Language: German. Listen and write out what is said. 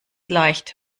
leicht